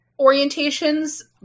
orientations